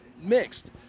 mixed